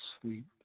sleep